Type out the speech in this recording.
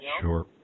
Sure